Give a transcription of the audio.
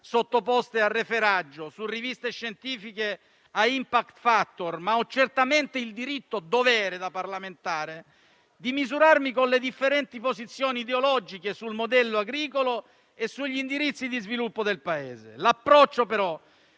sottoposte a referaggio su riviste scientifiche a *impact factor*, ma ho certamente il diritto-dovere da parlamentare di misurarmi con le differenti posizioni ideologiche sul modello agricolo e sugli indirizzi di sviluppo del Paese. L'approccio, però,